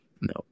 No